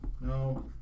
No